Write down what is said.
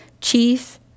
Chief